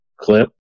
clip